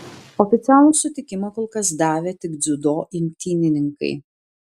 oficialų sutikimą kol kas davė tik dziudo imtynininkai